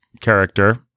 character